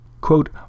quote